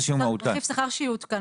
ברגע שרכיב שכר יעודכן,